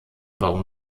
warum